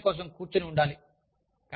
మరియు మీరు పరీక్ష కోసం కూర్చుని ఉండాలి